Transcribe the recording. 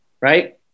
right